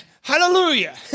Hallelujah